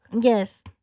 yes